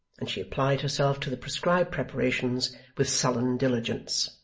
and she applied herself to the prescribed preparations with sullen diligence.